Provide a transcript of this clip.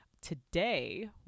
Today